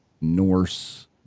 norse